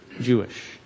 Jewish